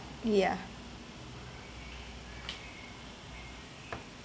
ya